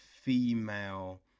female